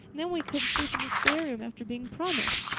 and then we couldn't sleep in the spare room after being promised.